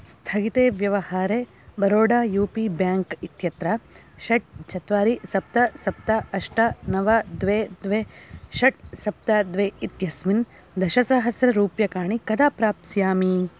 स्थगिते व्यवहारे Baroda U P bank इत्यत्र षट् चत्वारि सप्त सप्त अष्ट नव द्वे द्वे षट् सप्त द्वे इत्यस्मिन् दशसहस्ररूप्यकाणि कदा प्राप्स्यामि